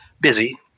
busy